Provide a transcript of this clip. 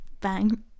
bang